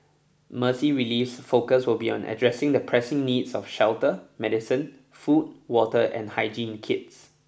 Mercy Relief's focus will be on addressing the pressing needs of shelter medicine food water and hygiene kits